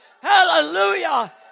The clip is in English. Hallelujah